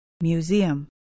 Museum